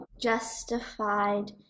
justified